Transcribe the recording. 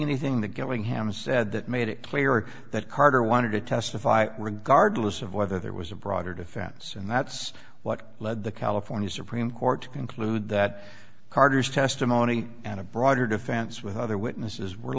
anything the gillingham said that made it clear that carter wanted to testify regardless of whether there was a broader defense and that's what led the california supreme court to conclude that carter's testimony and a broader defense with other witnesses were